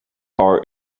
are